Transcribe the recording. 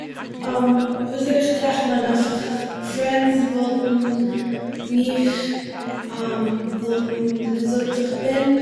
וויאזוי טראכט מען אויף פרענדס וואלטן מיך וואלטן געזאגט איך בין,